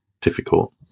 difficult